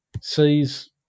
sees